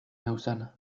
lausana